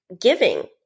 giving